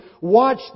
Watch